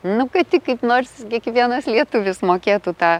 nu kad tik kaip nors kiekvienas lietuvis mokėtų tą